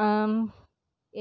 ஆ